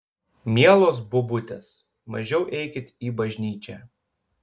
mielos bobutės mažiau eikit į bažnyčią